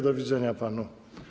Do widzenia panu.